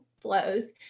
flows